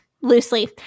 Loosely